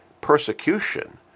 persecution